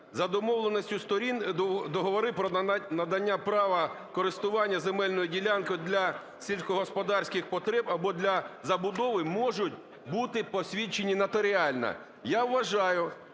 "За домовленістю сторін договори про надання права користування земельною ділянкою для сільськогосподарських потреб або для забудови можуть бути посвідчені нотаріально".